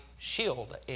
shield